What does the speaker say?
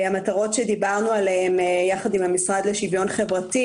המטרות שדיברנו עליהן יחד עם המשרד לשוויון חברתי,